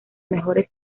mejores